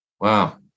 wow